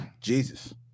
Jesus